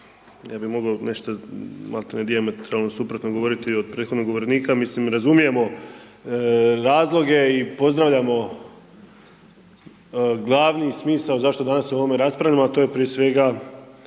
ja bi mogao nešta malte ne dijametralno suprotno govorit od prethodnog govornika, mislim razumijemo razloge i pozdravljamo glavni smisao zašto danas o ovome raspravljamo, a to je prije svega